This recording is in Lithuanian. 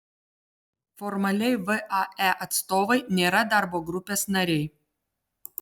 formaliai vae atstovai nėra darbo grupės nariai